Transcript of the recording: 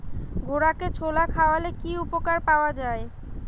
ঘোড়াকে ছোলা খাওয়ালে কি উপকার পাওয়া যায়?